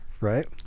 Right